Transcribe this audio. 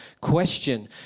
question